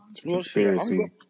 Conspiracy